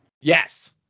Yes